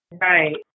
Right